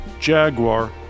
Jaguar